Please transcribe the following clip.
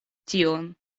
tion